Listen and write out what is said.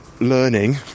learning